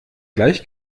gleich